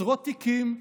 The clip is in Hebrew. עשרות תיקים,